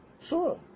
Sure